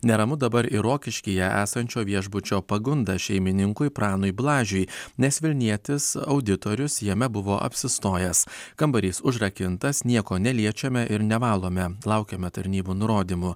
neramu dabar ir rokiškyje esančio viešbučio pagunda šeimininkui pranui blažiui nes vilnietis auditorius jame buvo apsistojęs kambarys užrakintas nieko neliečiame ir nevalome laukiame tarnybų nurodymų